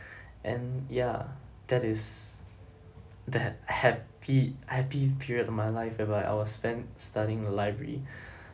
and ya that is that happy happy period of my life whereby I was spent studying in a library